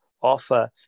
offer